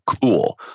cool